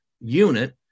unit